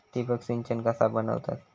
ठिबक सिंचन कसा बनवतत?